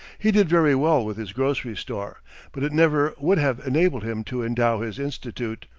he did very well with his grocery store but it never would have enabled him to endow his institute.